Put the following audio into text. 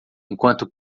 enquanto